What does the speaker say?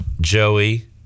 Joey